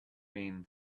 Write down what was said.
been